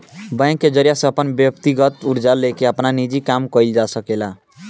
bank के जरिया से अपन व्यकतीगत कर्जा लेके आपन निजी काम कइल जा सकेला